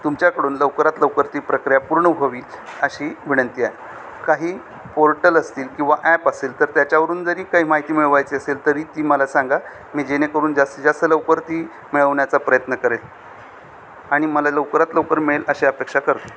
तुमच्याकडून लवकरात लवकर ती प्रक्रिया पूर्ण व्हावी अशी विनंती आहे काही पोर्टल असतील किंवा ॲप असेल तर त्याच्यावरून जरी काही माहिती मिळवायची असेल तरी ती मला सांगा मी जेणेकरून जास्तीत जास्त लवकर ती मिळवण्याचा प्रयत्न करेन आणि मला लवकरात लवकर मिळेल अशी अपेक्षा करतो